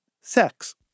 sex